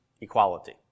equality